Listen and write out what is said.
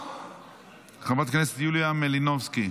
חברת הכנסת יוליה מלינובסקי,